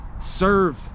serve